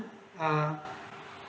ah